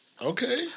Okay